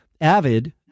avid